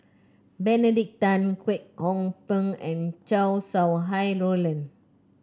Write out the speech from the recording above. Benedict Tan Kwek Hong Png and Chow Sau Hai Roland